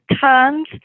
turns